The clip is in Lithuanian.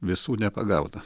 visų nepagauna